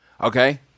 Okay